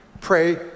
Pray